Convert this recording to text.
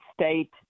State